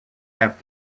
have